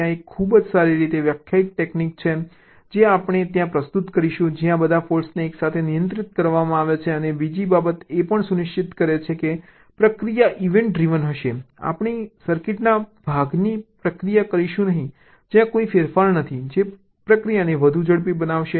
ત્યાં એક ખૂબ જ સારી રીતે વ્યાખ્યાયિત ટેક્નીક છે જે આપણે ત્યાં પ્રસ્તુત કરીશું જ્યાં બધા ફોલ્ટ્સને એકસાથે નિયંત્રિત કરવામાં આવે છે અને બીજી બાબત એ પણ સુનિશ્ચિત કરે છે કે પ્રક્રિયા ઇવેન્ટ ડ્રિવન હશે આપણે સર્કિટના ભાગોની પ્રક્રિયા કરીશું નહીં જ્યાં કોઈ ફેરફારો નથી જે પ્રક્રિયાને વધુ ઝડપી બનાવશે